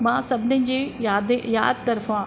मां सभिनिनि जी यादें यादि तर्फ़ां